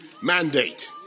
mandate